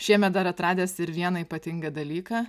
šiemet dar atradęs ir vieną ypatingą dalyką